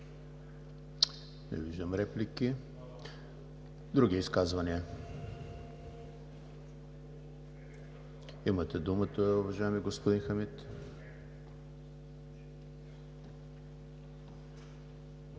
Не виждам. Други изказвания? Имате думата, уважаеми господин Хамид.